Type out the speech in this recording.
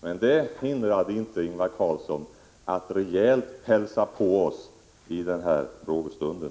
Men det hindrade inte Ingvar Carlsson från att rejält hälsa på oss i denna frågestund.